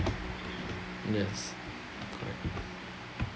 yes correct